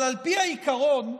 אבל על פי העיקרון שמעשה,